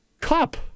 cup